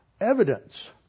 evidence